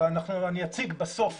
אבל אני אציג בסוף